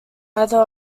either